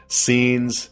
scenes